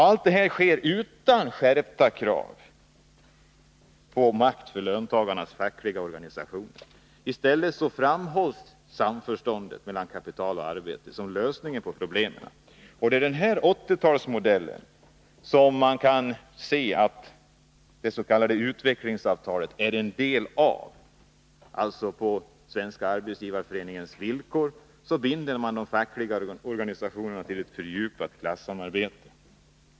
Allt detta finns med utan att man framställer skärpta krav på makt för löntagarnas fackliga organisationer. I stället framhålls samförståndet mellan kapital och arbete som lösningen på problemen. Det är den här 80-talsmodellen som dets.k. utvecklingsavtalet är en del av - på Svenska arbetsgivareföreningens villkor binder man de fackliga organisationerna vid ett fördjupat klassamarbete.